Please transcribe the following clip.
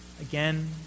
again